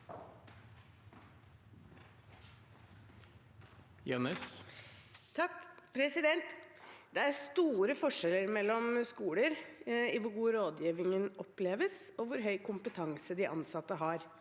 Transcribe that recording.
(H) Det er store for- skjeller mellom skoler i hvor god rådgivningen oppleves, og hvor høy kompetanse de ansatte har.